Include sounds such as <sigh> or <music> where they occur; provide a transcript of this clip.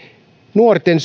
nuorten <unintelligible>